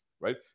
right